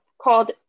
called